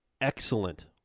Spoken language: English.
excellent